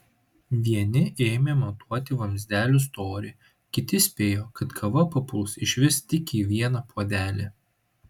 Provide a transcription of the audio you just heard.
vieni ėmė matuoti vamzdelių storį kiti spėjo kad kava papuls išvis tik į vieną puodelį